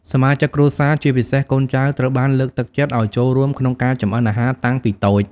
សមាជិកគ្រួសារ ជាពិសេសកូនចៅ ត្រូវបានលើកទឹកចិត្តឱ្យចូលរួមក្នុងការចម្អិនអាហារតាំងពីតូច។